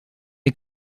and